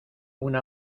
una